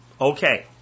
Okay